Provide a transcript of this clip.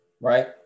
right